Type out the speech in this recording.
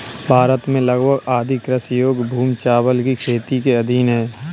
भारत में लगभग आधी कृषि योग्य भूमि चावल की खेती के अधीन है